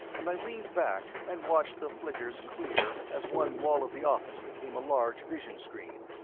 and i leaned back and watched the flickers clear as one wall of the office became a large visionscreen.